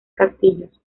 castillos